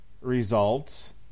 results